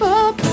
up